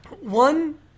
One